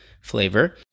flavor